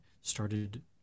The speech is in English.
started